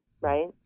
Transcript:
right